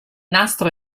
nastro